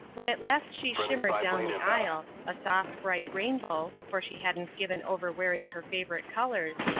when at last she shimmered down the aisle, a soft, bright rainbow, for she hadn't given over wearing her favorite colors,